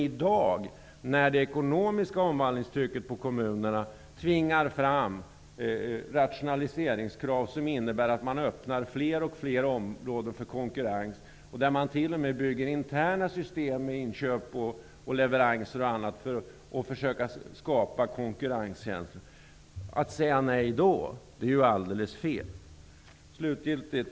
I dag tvingar det ekonomiska omvandlingstrycket på kommunerna fram rationaliseringskrav som innebär att man öppnar fler och fler områden för konkurrens och t.o.m. bygger upp interna system med inköp, leverenser m.m. för att skapa konkurrens. Att säga nej i det läget är helt fel. Fru talman!